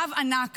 רב ענק